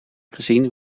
gezien